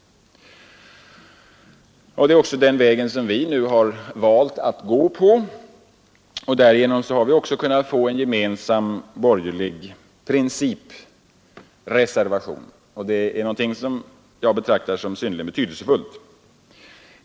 Det är också den väg vi nu har valt att gå, och därigenom har vi fått en gemensam borgerlig principreservation. Detta betraktar jag som synnerligen betydelsefullt.